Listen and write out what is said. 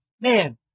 man